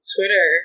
Twitter